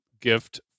gift